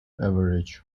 average